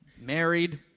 married